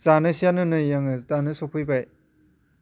जानोसैयानो नै आङो दानो सौफैबाय